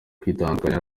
kwitandukanya